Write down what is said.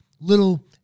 Little